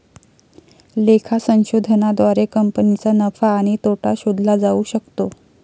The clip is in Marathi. लेखा संशोधनाद्वारे कंपनीचा नफा आणि तोटा शोधला जाऊ शकतो